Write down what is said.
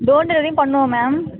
door டெலிவெரியும் பண்ணுவோம் ma'am